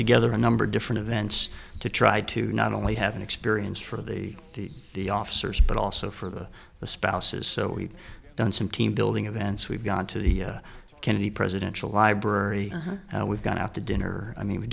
together a number of different events to try to not only have an experience for the the officers but also for the spouses so we've done some team building events we've gone to the kennedy presidential library and we've gone out to dinner i mean we've